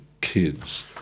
kids